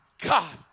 God